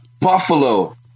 Buffalo